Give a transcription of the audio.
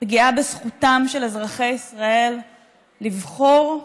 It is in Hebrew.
פגיעה בזכותם של אזרחי ישראל לבחור,